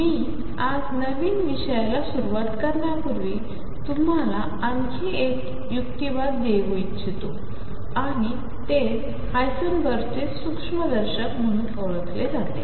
मीआजनवीनविषयालासुरुवातकरण्यापूर्वीतुम्हालाआणखीएकयुक्तिवाददेऊइच्छितोआणितेचहायसेनबर्गचेसूक्ष्मदर्शकम्हणूनओळखलेजाते